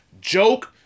joke